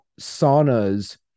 saunas